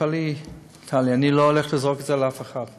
תתפלאי, טלי, אני לא הולך לזרוק את זה על אף אחד.